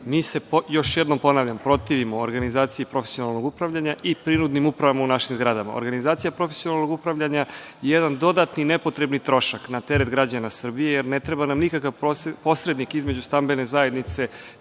na ovaj zakon. Mi se protivimo organizaciji profesionalnog upravljanja i prinudnim upravama u našim zgradama. Organizacija profesionalnog upravljanja je jedan dodatni nepotrebni trošak na teret građana Srbije, jer ne treba nam nikakav posrednik između stambene zajednice